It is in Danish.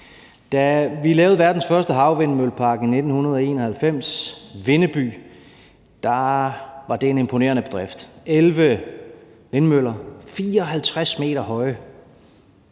Da vi lavede verdens første havvindmøllepark i 1991, Vindeby, var det en imponerende bedrift – 11 vindmøller, 54 m høje!